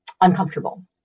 uncomfortable